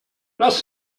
lass